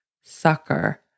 sucker